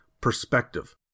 perspective